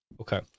Okay